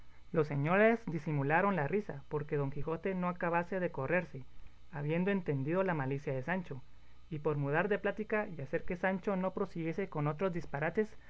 los señores disimularon la risa porque don quijote no acabase de correrse habiendo entendido la malicia de sancho y por mudar de plática y hacer que sancho no prosiguiese con otros disparates